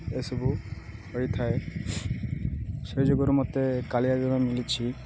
ଏସବୁ ହୋଇଥାଏ ସେ ଯୋଗୁଁରୁ ମୋତେ କାଳିଆ ଯୋଜନା ମିଳିଛି